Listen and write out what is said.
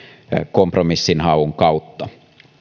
kompromissinhaun kautta